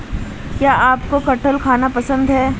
क्या आपको कठहल खाना पसंद है?